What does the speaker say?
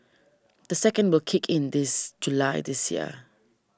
the second will kick in this July this year